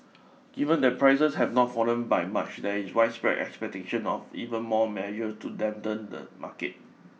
given that prices have not fallen by much there is widespread expectation of even more measure to dampen the market